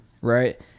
right